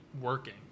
working